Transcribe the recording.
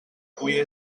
avui